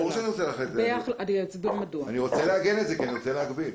ברור שאני רוצה לעגן את זה כי אני רוצה להגביל.